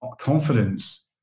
confidence